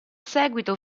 seguito